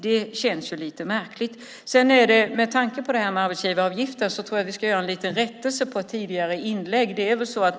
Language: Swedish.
Det känns lite märkligt. Med tanke på arbetsgivaravgifter tror jag att vi ska göra en liten rättelse av ett tidigare inlägg.